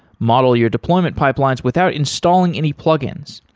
model your deployment pipelines without installing any plugins.